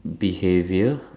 behaviour